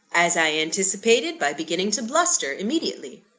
as i anticipated, by beginning to bluster immediately.